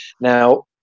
Now